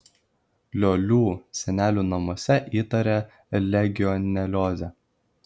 liolių senelių namuose įtarė legioneliozę